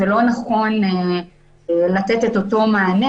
ולא נכון לתת את אותו מענה,